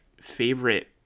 favorite